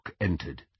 entered